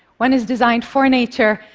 one is designed for nature,